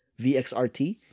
Vxrt